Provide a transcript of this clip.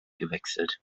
gewechselt